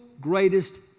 greatest